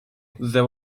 there